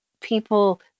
people